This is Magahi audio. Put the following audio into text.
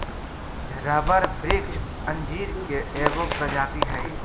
रबर वृक्ष अंजीर के एगो प्रजाति हइ